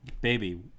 baby